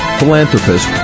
philanthropist